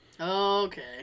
Okay